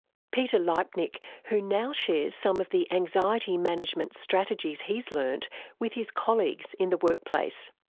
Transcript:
peter leipnik, who now shares some of the anxiety management strategies he's learnt with his colleagues in the workplace.